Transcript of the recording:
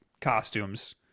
costumes